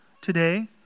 today